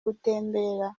gutembera